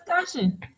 discussion